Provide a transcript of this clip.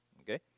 okay